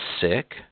sick